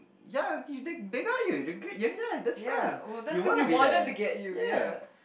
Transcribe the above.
ya you take they got you they yeah that's fine you wanna be there ya